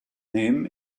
him